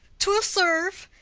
twill serve.